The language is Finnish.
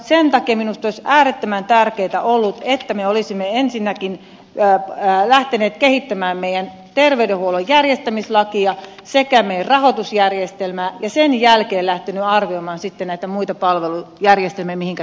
sen takia minusta olisi äärettömän tärkeätä ollut että me olisimme ensinnä lähteneet kehittämään meidän terveydenhuoltomme järjestämislakia sekä meidän rahoitusjärjestelmäämme ja sitten sen jälkeen lähteneet arvioimaan näitä muita palvelujärjestelmiä joihinka te puutuitte